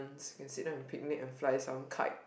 can sit down and picnic and fly some kite